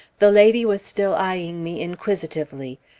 the lady was still eyeing me inquisitively.